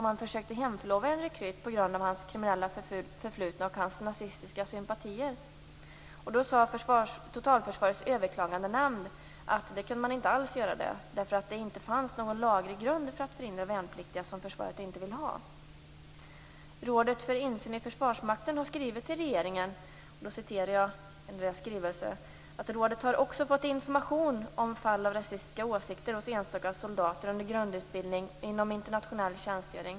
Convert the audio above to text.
Man försökte hemförlova en rekryt på grund av hans kriminella förflutna och hans nazistiska sympatier. Totalförsvarets överklagandenämnd sade då att man inte alls kunde göra det därför att det inte fanns någon laglig grund för att förhindra värnpliktiga som försvaret inte vill ha. Rådet för insyn i Försvarsmakten har skrivit till regeringen. Jag citerar deras skrivelse: "Rådet har också fått information om fall av rasistiska åsikter hos enstaka soldater under grundutbildning och inom internationell tjänstgöring".